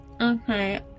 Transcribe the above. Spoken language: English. Okay